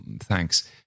Thanks